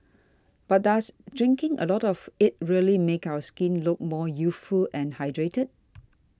but does drinking a lot of it really make our skin look more youthful and hydrated